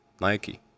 nike